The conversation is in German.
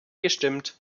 gestimmt